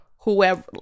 whoever